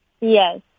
Yes